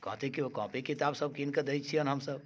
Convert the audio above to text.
कथी केओ कॉपी किताब सभ कीन कऽ दै छिअनि हमसभ